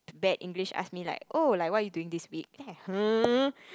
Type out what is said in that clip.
bad English like ask me like oh like what are you doing this week then I hmm